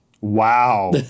Wow